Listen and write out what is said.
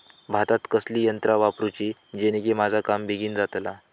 भातात कसली यांत्रा वापरुची जेनेकी माझा काम बेगीन जातला?